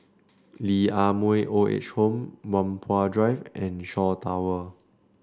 Lee Ah Mooi Old Age Home Whampoa Drive and Shaw Tower